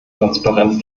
transparenz